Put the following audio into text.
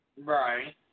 Right